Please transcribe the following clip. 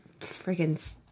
freaking